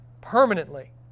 permanently